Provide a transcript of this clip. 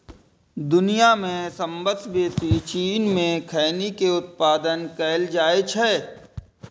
दुनिया मे सबसं बेसी चीन मे खैनी के उत्पादन कैल जाइ छै